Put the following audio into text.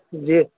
جی